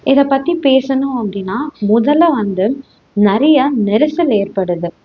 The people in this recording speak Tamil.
இதை பற்றி பேசணும் அப்படினா முதல்ல வந்து நிறையா நெரிசல் ஏற்படுது